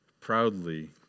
proudly